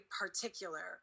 particular